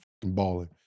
Balling